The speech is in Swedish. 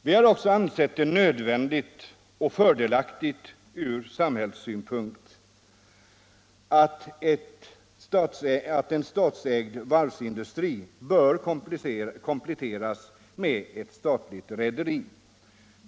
Vi har också ansett det nödvändigt och fördelaktigt från samhällelig synpunkt att en statlig varvsindustri kompletteras med ett statligt rederi.